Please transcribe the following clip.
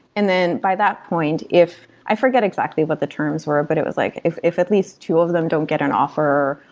and then by that point, if i forget exactly what the terms were, but it was like, if if at least two of them don't get an offer,